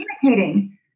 communicating